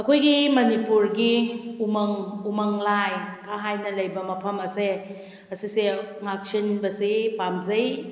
ꯑꯩꯈꯣꯏꯒꯤ ꯃꯅꯤꯄꯨꯔꯒꯤ ꯎꯃꯪ ꯎꯃꯪ ꯂꯥꯏ ꯀ ꯍꯥꯏꯅ ꯂꯩꯕ ꯃꯐꯝ ꯑꯁꯦ ꯑꯁꯤꯁꯦ ꯉꯥꯛ ꯁꯦꯟꯕꯁꯤ ꯄꯥꯝꯖꯩ